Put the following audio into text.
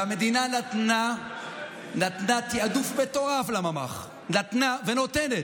והמדינה נתנה תיעדוף מטורף לממ"ח, נתנה ונותנת,